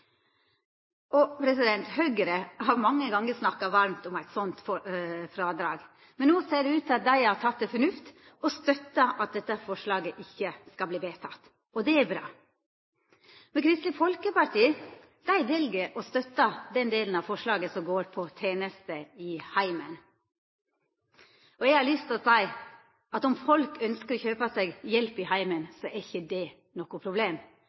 Høgre har mange gonger snakka varmt om eit slikt frådrag, men no ser det ut til at dei har teke til fornuft og støttar at dette forslaget ikkje skal verta vedteke. Og det er bra. Kristeleg Folkeparti vel å støtta den delen av forslaget som går på tenester i heimen. Eg har lyst til å seia at om folk ønskjer å kjøpa seg hjelp i heimen, er ikkje det noko problem.